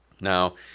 Now